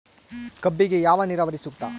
ಕಬ್ಬಿಗೆ ಯಾವ ನೇರಾವರಿ ಸೂಕ್ತ?